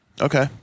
Okay